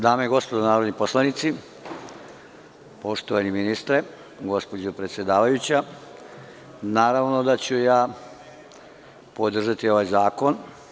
Dame i gospodo narodni poslanici, poštovani ministre, gospođo predsedavajuća, naravno da ću podržati ovaj zakon.